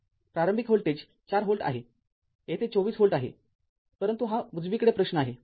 प्रारंभिक voltage ४ volt आहे येथे २४ व्होल्ट आहेपरंतु हा उजवीकडे प्रश्न आहे